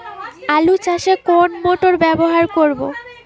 আলু চাষে কোন মোটর ব্যবহার করব?